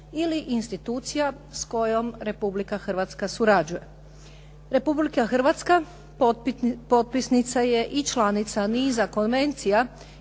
ili institucija s kojom Republika Hrvatska surađuje. Republika Hrvatska potpisnica je i članica niza konvencija